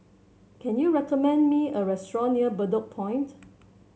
can you recommend me a restaurant near Bedok Point